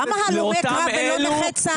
למה הלומי קרב ולא נכי צה"ל?